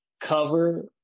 cover